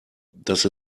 dass